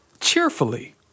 cheerfully